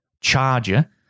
charger